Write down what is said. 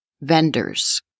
Vendors